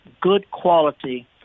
good-quality